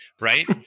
right